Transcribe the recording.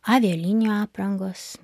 avialinijų aprangos